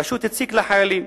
פשוט הציק לחיילים.